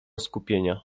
skupienia